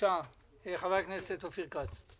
ושתמשיך לדאוג לעובדים.